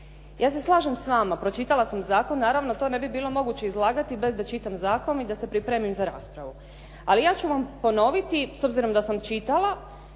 Ja se slažem s vama, pročitala sam zakon. Naravno, to ne bi bilo moguće izlagati bez da čitam zakon i da se pripremim za raspravu. Ali ja ću vam ponoviti, s obzirom da sam čitala